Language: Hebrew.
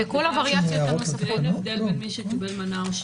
ואין הבדל בין מי שקיבל מנה או שתיים?